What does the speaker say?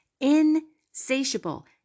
insatiable